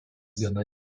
gana